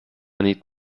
need